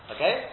Okay